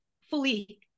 fully